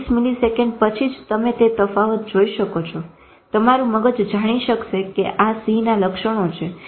30 millisecond પછી જ તમે તે તાફત જોઈ શકો છો તમારું મગજ જાણી શકશે કે આ સિંહના લક્ષણો છે